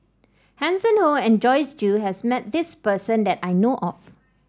Hanson Ho and Joyce Jue has met this person that I know of